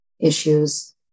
issues